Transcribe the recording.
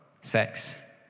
sex